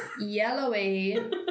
yellowy